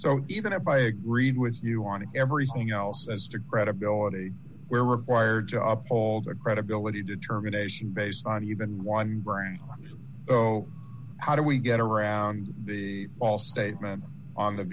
so even if i agreed with you on everything else as to credibility where require job all the credibility determination based on even one brain so how do we get around the false statement on the